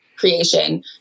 creation